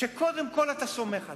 שקודם כול אתה סומך עליו,